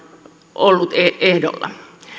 ollut ehdolla